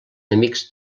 amics